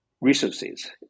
resources